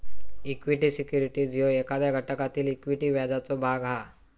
equity securities ह्यो एखाद्या घटकातील इक्विटी व्याजाचो भाग हा